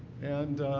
and